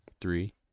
Three